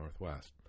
Northwest